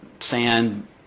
sand